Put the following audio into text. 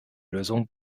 lösung